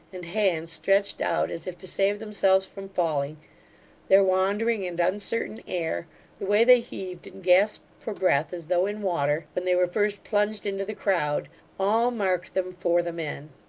and hands stretched out as if to save themselves from falling their wandering and uncertain air the way they heaved and gasped for breath, as though in water, when they were first plunged into the crowd all marked them for the men.